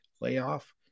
layoff